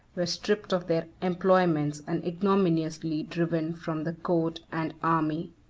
were stripped of their employments, and ignominiously driven from the court and army.